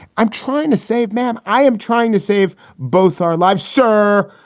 i'm trying to save. ma'am, i am trying to save both our lives, sir.